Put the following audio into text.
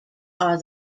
are